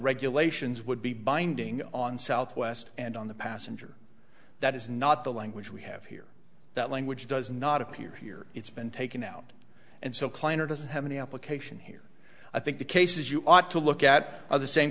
regulations would be binding on southwest and on the passenger that is not the language we have here that language does not appear here it's been taken out and so kleiner doesn't have any application here i think the cases you ought to look at are the same